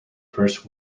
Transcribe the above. first